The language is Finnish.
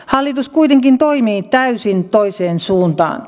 hallitus kuitenkin toimii täysin toiseen suuntaan